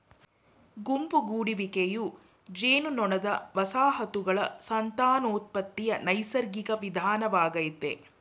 ಗುಂಪು ಗೂಡುವಿಕೆಯು ಜೇನುನೊಣದ ವಸಾಹತುಗಳ ಸಂತಾನೋತ್ಪತ್ತಿಯ ನೈಸರ್ಗಿಕ ವಿಧಾನವಾಗಯ್ತೆ